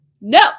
no